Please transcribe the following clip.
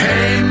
Hey